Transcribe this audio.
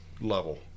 level